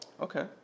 Okay